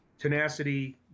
Tenacity